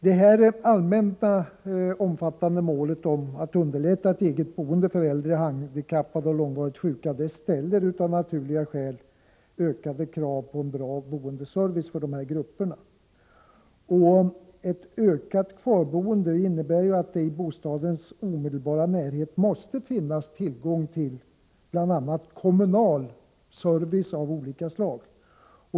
Det allmänt omfattande målet att underlätta ett eget boende för äldre, handikappade och långvarigt sjuka ställer av naturliga skäl ökade krav på en bra boendeservice för dessa grupper. Ett ökat kvarboende innebär att det i bostadens omedelbara närhet måste finnas tillgång till bl.a. kommunal service av olika slag.